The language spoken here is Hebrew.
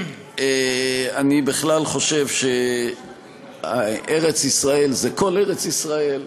אני בכלל חושב שארץ-ישראל זה כל ארץ-ישראל,